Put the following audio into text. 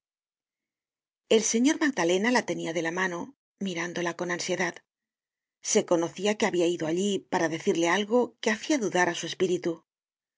el señor magdalena la tenia de la mano mirándola con ansiedad se conocia que habia ido allí para decirle algo que hacia dudar á su espíritu